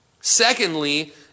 Secondly